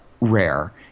Rare